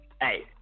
hey